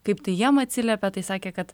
kaip tai jiem atsiliepia tai sakė kad